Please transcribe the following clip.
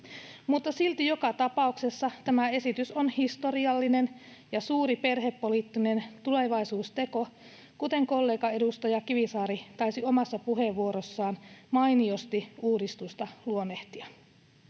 Mutta silti joka tapauksessa tämä esitys on historiallinen ja ”suuri perhepoliittinen tulevaisuusteko”, kuten kollegaedustaja Kivisaari taisi omassa puheenvuorossaan mainiosti uudistusta luonnehtia.